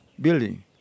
building